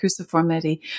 cruciformity